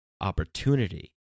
opportunity